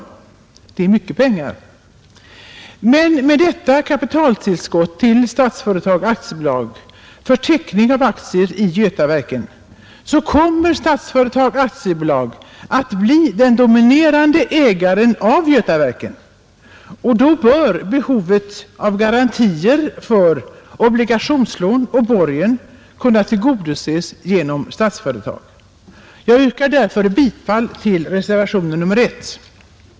Det är mycket pengar, men med detta kapitaltillskott för teckning av aktier i Götaverken kommer Statsföretag AB att bli den dominerande ägaren av Götaverken, och då bör behovet av garantier för obligationslån och borgen kunna tillgodoses genom Statsföretag. Jag yrkar därför bifall till reservationen 1.